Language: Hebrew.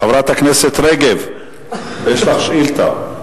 חברת הכנסת רגב, יש לך שאילתא,